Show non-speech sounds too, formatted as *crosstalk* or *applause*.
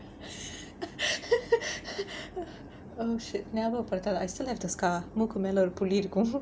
*laughs* oh shit ஞாபகப்படுத்தாத:nyabakappaduthatha I still have the scar மூக்கு மேல ஒரு புள்ளி இருக்கும்:mookku mela oru pulli irukkum